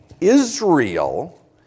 Israel